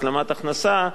השלמת הכנסה,